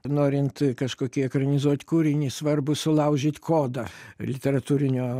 norint kažkokį ekranizuot kūrinį svarbu sulaužyt kodą literatūrinio